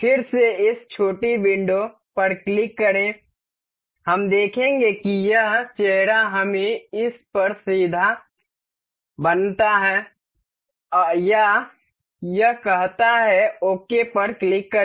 फिर से इस छोटी विंडो पर क्लिक करें हम देखेंगे कि यह चेहरा हमें इस पर सीधा बनाता है या यह कहता है ओके पर क्लिक करें